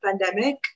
pandemic